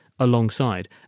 alongside